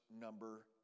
number